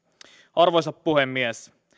arvoisa puhemies